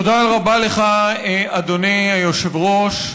תודה רבה לך, אדוני היושב-ראש.